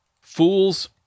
Fools